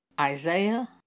Isaiah